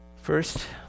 First